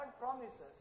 promises